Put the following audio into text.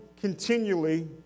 continually